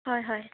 হয় হয়